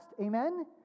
Amen